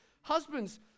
Husbands